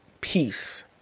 peace